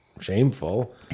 Shameful